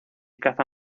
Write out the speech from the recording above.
caza